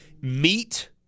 Meat